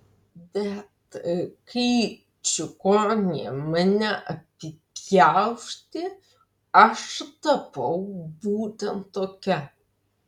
bet kai čigonė mane apipjaustė aš tapau būtent tokia